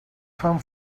fan